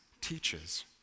teaches